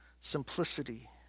simplicity